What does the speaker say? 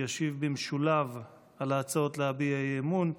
שישיב במשולב על ההצעות להביע אי-אמון.